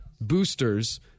boosters